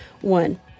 one